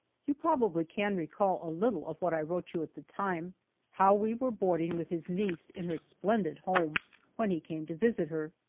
you probably can recall a little of what i wrote you at the time how we were boarding with his niece in her splendid home when he came to visit her.